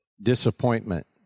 Disappointment